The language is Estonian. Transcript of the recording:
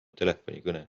telefonikõne